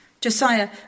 Josiah